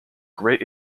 great